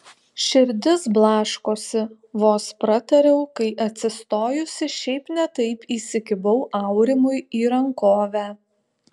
širdis blaškosi vos pratariau kai atsistojusi šiaip ne taip įsikibau aurimui į rankovę